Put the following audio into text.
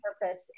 purpose